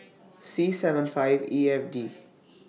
C seven five E F D